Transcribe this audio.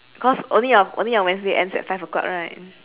cause only on only on wednesday ends at five o'clock right